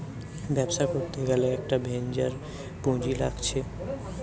ব্যবসা করতে গ্যালে একটা ভেঞ্চার পুঁজি লাগছে